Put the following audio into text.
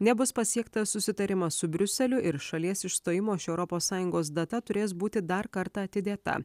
nebus pasiektas susitarimas su briuseliu ir šalies išstojimo iš europos sąjungos data turės būti dar kartą atidėta